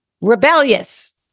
Rebellious